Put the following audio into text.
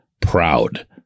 proud